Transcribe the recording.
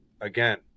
again